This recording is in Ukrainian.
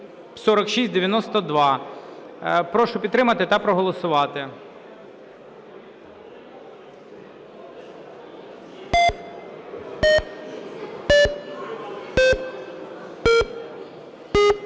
Прошу підтримати та проголосувати.